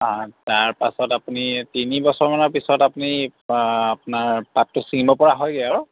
তাৰ পাছত আপুনি তিনিবছৰ মানৰ পিছত আপুনি আপোনাৰ পাতটো চিঙিব পৰা হয়গৈ আৰু